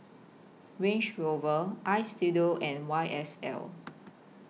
Range Rover Istudio and Y S L